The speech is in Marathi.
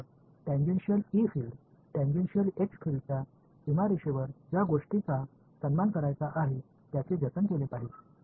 तर tangential E field tangential H फील्डच्या सीमारेषेवर ज्या गोष्टींचा सन्मान करायचा आहे त्याचे जतन केले पाहिजे